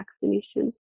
vaccination